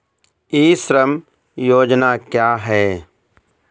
ई श्रम योजना क्या है?